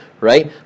right